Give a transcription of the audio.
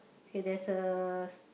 okay there's uh